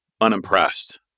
unimpressed